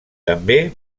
també